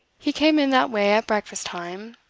he came in that way at breakfast-time,